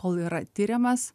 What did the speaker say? kol yra tiriamas